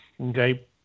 Okay